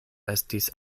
estis